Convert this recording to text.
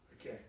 Okay